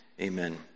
amen